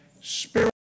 spirit